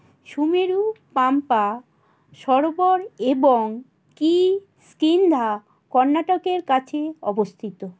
সুমেরু পম্পা সরোবর এবং কিষ্কিন্ধা কর্ণাটকের কাছে অবস্থিত